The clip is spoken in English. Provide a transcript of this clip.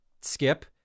skip